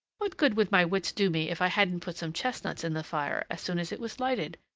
what good would my wits do me if i hadn't put some chestnuts in the fire as soon as it was lighted?